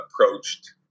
approached